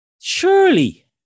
Surely